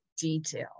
detail